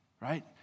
right